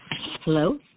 Hello